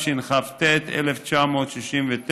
התשכ"ט 1969,